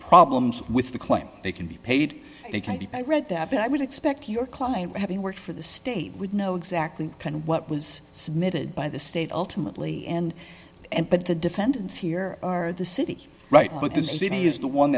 problems with the claim they can be paid they can read that but i would expect your client having worked for the state would know exactly what was submitted by the state ultimately and and but the defendants here are the city right but the city is the one